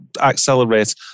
accelerate